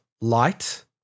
light